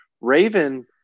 Raven